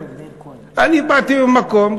אני באתי ממקום,